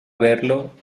verlo